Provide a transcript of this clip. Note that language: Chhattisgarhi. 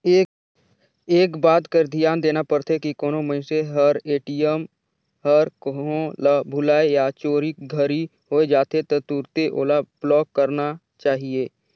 एक बात कर धियान देना परथे की कोनो मइनसे हर ए.टी.एम हर कहों ल भूलाए या चोरी घरी होए जाथे त तुरते ओला ब्लॉक कराना चाही